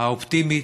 האופטימית,